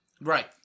Right